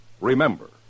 remember